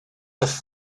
have